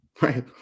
Right